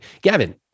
Gavin